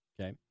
Okay